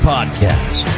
Podcast